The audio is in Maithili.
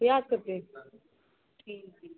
पियाज कतेक ठीक